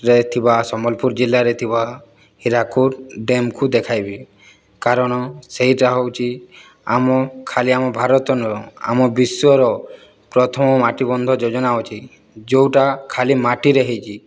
ରେ ଥିବା ସମ୍ବଲପୁର ଜିଲ୍ଲାରେ ଥିବା ହୀରାକୁଦ ଡ୍ୟାମ୍କୁ ଦେଖାଇବି କାରଣ ସେଇଟା ହେଉଛି ଆମ ଖାଲି ଆମ ଭାରତର ନୁହେଁ ଆମ ବିଶ୍ୱର ପ୍ରଥମ ମାଟିବନ୍ଧ ଯୋଜନା ଅଛି ଯେଉଁଟା ଖାଲି ମାଟିରେ ହୋଇଛି